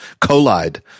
Collide